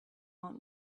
want